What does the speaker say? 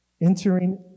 Entering